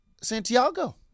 Santiago